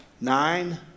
nine